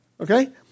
Okay